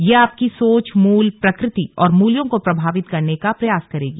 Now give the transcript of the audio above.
यह आपकी सोच मूल प्रकृति और मूल्यों को प्रभावित करने का प्रयास करेगी